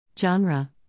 Genre